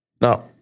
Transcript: Now